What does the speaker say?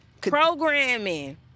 Programming